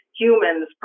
humans